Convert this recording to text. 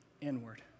inward